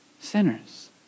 sinners